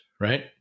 right